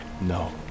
No